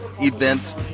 events